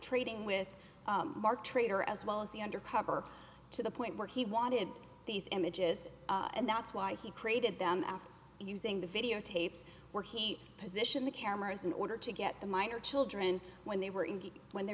trading with marc trader as well as the undercover to the point where he wanted these images and that's why he created them out using the videotapes where he position the cameras in order to get the minor children when they were in when they